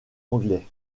anglais